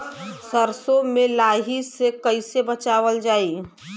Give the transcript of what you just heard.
सरसो में लाही से कईसे बचावल जाई?